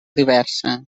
diversa